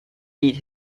beat